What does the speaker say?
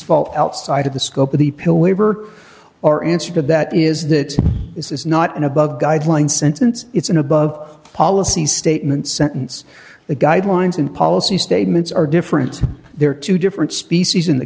fall outside of the scope of the pill labor or answer to that is that this is not an above guideline sentence it's an above policy statement sentence the guidelines and policy statements are different there are two different species in the